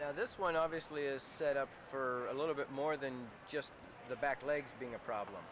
know this one obviously is set up for a little bit more than just the back legs being a problem